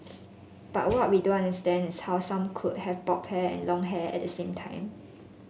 but what we don't understand is how some could have bob hair and long hair at the same time